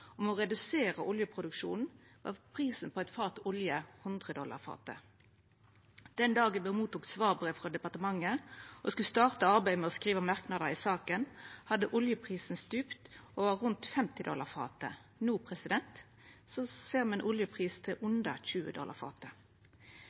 redusera oljeproduksjonen, var prisen på olje 100 dollar fatet. Den dagen me tok imot svarbrev frå departementet og skulle starta arbeidet med å skriva merknader i saka, hadde oljeprisen stupt og var på rundt 50 dollar fatet. No ser me ein oljepris på under 20 dollar fatet. Dette har gjeve oss ein situasjon der OPEC+ har kome til